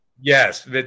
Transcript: Yes